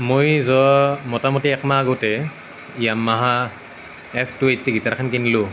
মই যোৱা মোটামুটি এক মাহ আগতে য়াম্মাহা এফ টু এইটটি গিটাৰখন কিনিলো